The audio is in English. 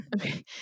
Okay